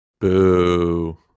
Boo